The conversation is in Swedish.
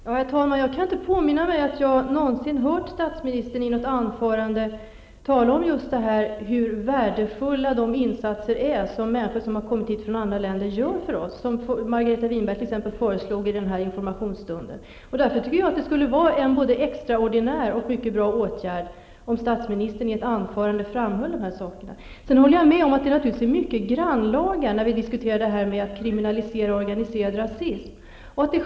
Herr talman! Jag kan inte påminna mig att jag någonsin har hört statsministern i något anförande tala om hur värdefulla de insatser är som människor som kommit hit från andra länder gör för oss. Margareta Winberg t.ex. kom ju med ett förslag under informationsstunden. Jag tycker det skulle vara både en extraordinär och mycket bra åtgärd om statsministern i ett anförande framhöll de här sakerna. Sedan håller jag naturligtvis med om att det är en mycket grannlaga fråga om man skall kriminalisera organiserad rasism.